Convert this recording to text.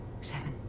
Seven